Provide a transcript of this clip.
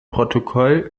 protokoll